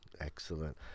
Excellent